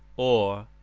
or,